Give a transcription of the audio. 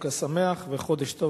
חנוכה שמח וחודש טוב,